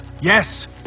Yes